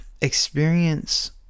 experience